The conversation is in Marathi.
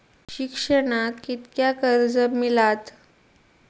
शिक्षणाक कीतक्या कर्ज मिलात?